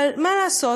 אבל מה לעשות,